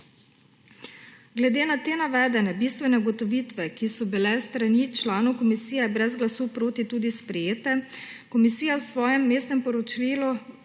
Glede na te navedene bistvene ugotovitve, ki so bile s strani članov komisije brez glasu proti tudi sprejete, komisija v svojem vmesnem poročilu